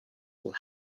will